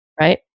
right